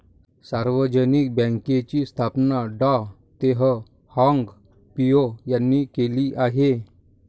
सार्वजनिक बँकेची स्थापना डॉ तेह हाँग पिओ यांनी केली आहे